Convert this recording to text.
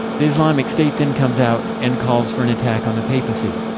the islamic state then comes out and calls for an attack on the papacy.